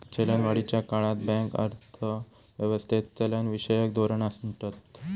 चलनवाढीच्या काळात बँक अर्थ व्यवस्थेत चलनविषयक धोरण आणतत